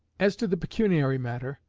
as to the pecuniary matter,